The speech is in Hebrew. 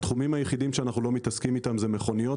התחומים היחידים שאנחנו לא מתעסקים בהם זה מכוניות.